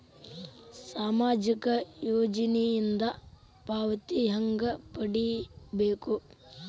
ಸಾಮಾಜಿಕ ಯೋಜನಿಯಿಂದ ಪಾವತಿ ಹೆಂಗ್ ಪಡಿಬೇಕು?